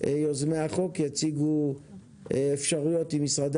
יוזמי החוק יציגו אפשרויות עם משרדי